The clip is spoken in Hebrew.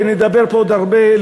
ונדבר פה עוד הרבה,